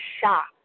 shock